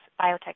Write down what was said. Biotech